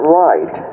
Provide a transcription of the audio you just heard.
right